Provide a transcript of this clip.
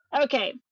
Okay